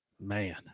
Man